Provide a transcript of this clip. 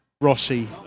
Rossi